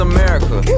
America